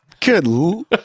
good